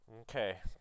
Okay